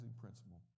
principle